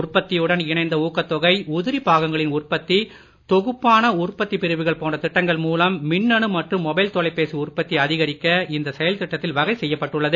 உற்பத்தியுடன் இணைந்த ஊக்கத் தொகை உதிரி பாகங்களின் உற்பத்தி தொகுப்பான உற்பத்திப் பிரவுகள் போன்ற திட்டங்கள் மூலம் மின்னணு மற்றும் மொபைல் தொலைபேசி உற்பத்தியை அதிகரிக்க இந்த செயல் திட்டத்தில் வகை செய்யப்பட்டுள்ளது